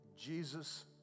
Jesus